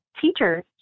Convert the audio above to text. teacher's